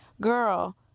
Girl